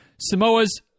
Samoa's